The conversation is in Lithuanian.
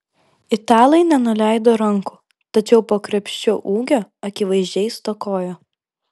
italai nenuleido rankų tačiau po krepšiu ūgio akivaizdžiai stokojo